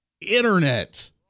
Internet